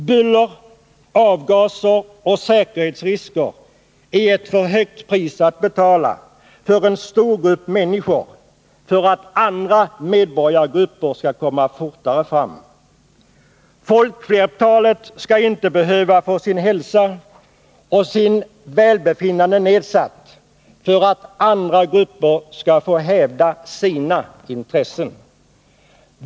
Buller, avgaser och säkerhetsrisker är ett alltför högt pris att betala för en stor grupp människor bara därför att andra grupper skall komma fortare fram. Folkflertalet skall inte behöva få sin hälsa och sitt välbefinnande nedsatt för att andra grupper skall få hävda sina intressen.